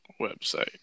website